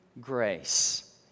grace